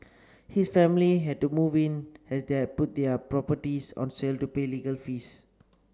his family had to move in as they had put their other properties on sale to pay legal fees